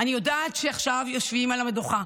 אני יודעת שעכשיו יושבים על המדוכה.